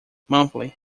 monthly